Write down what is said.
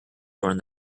during